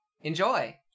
Enjoy